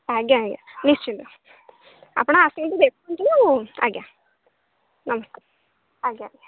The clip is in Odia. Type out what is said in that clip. ଆଜ୍ଞା ଆଜ୍ଞା ନିଶ୍ଚିତ ଆପଣ ଆସନ୍ତୁ ଦେଖନ୍ତୁ ଆଉ ଆଜ୍ଞା ନମସ୍କାର ଆଜ୍ଞା ଆଜ୍ଞା